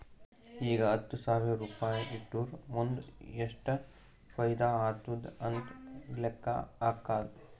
ಈಗ ಹತ್ತ್ ಸಾವಿರ್ ರುಪಾಯಿ ಇಟ್ಟುರ್ ಮುಂದ್ ಎಷ್ಟ ಫೈದಾ ಆತ್ತುದ್ ಅಂತ್ ಲೆಕ್ಕಾ ಹಾಕ್ಕಾದ್